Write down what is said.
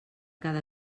cada